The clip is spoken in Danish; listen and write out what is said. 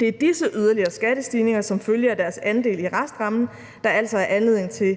Det er disse yderligere skattestigninger som følge af deres andel i restrammen, der altså er anledning til